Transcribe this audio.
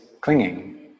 clinging